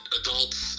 adults